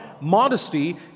modesty